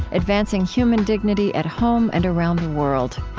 advancing human dignity at home and around the world.